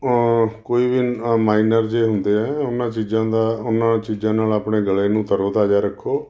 ਕੋਈ ਵੀ ਅ ਮਾਈਨਰ ਜਿਹੇ ਹੁੰਦੇ ਆ ਉਹਨਾਂ ਚੀਜ਼ਾਂ ਦਾ ਉਹਨਾਂ ਚੀਜ਼ਾਂ ਨਾਲ ਆਪਣੇ ਗਲੇ ਨੂੰ ਤਰੋ ਤਾਜ਼ਾ ਰੱਖੋ